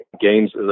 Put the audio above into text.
games